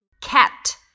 cat